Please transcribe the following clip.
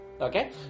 Okay